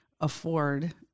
afford